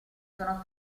sono